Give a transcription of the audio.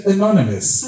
Anonymous